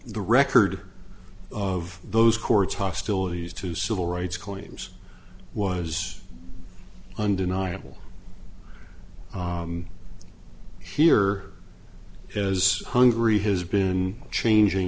the record of those courts hostilities to civil rights claims was undeniable here as hungary has been changing